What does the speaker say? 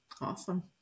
Awesome